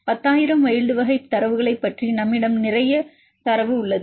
10000 wild வகை தரவுகளைப் பற்றி நம்மிடம் நிறைய தரவு உள்ளது